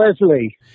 Leslie